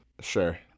Sure